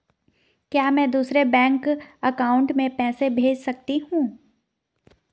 क्या मैं दूसरे बैंक अकाउंट में पैसे भेज सकता हूँ?